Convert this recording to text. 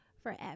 Forever